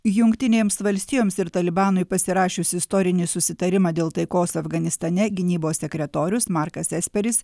jungtinėms valstijoms ir talibanui pasirašius istorinį susitarimą dėl taikos afganistane gynybos sekretorius markas esperis